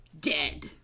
dead